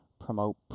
promote